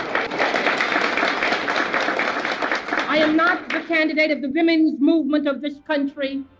um i am not the candidate of the women's movement of this country,